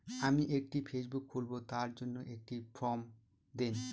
আমি একটি ফেসবুক খুলব তার জন্য একটি ফ্রম দিন?